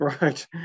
Right